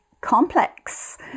complex